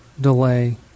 delay